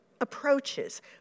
approaches